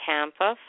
Tampa